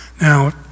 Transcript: Now